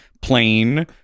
plain